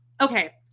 Okay